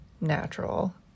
natural